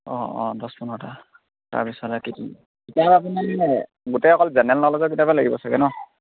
অঁ অঁ দহ পোন্ধৰটা তাৰপিছতে তেতিয়াহ'লে আপোনাৰ গোটেই অকল জেনেৰেল ন'লেজৰ কিতাপে লাগিব চাগে ন